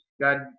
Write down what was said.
God